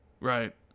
right